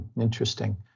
Interesting